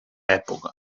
època